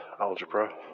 Algebra